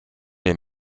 les